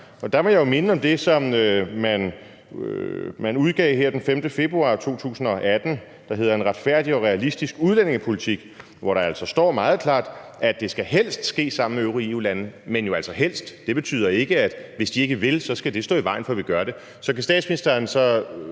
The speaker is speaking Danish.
om det udlændingeudspil, som man udgav her den 5. februar 2018, der hedder »Retfærdig og realistisk«, hvor der altså står meget klart, at det helst skal ske sammen med øvrige EU-lande, men hvor jo altså »helst« ikke betyder, at hvis de ikke vil, skal det stå i vejen for, at vi gør det. Så kan statsministeren åbne